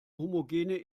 homogene